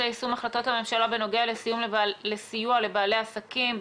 יישום החלטות הממשלה בנוגע לסיוע לבעלי עסקים,